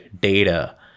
data